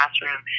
classroom